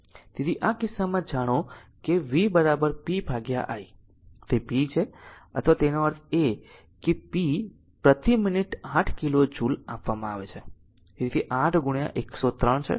તેથી આ કિસ્સામાં જાણો કે v p i તે p છે અથવા તેનો અર્થ છે કે p પ્રતિ મિનિટ 8 કિલો જુલ આપવામાં આવે છે